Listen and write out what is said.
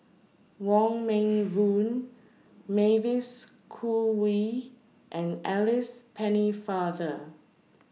Wong Meng Voon Mavis Khoo Oei and Alice Pennefather